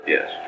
Yes